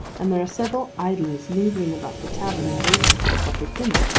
and there are several idlers lingering about the tavern, and waiting for the public dinner.